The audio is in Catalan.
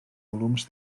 volums